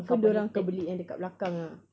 confirm dia orang akan beli yang dekat belakang ah